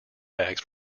bags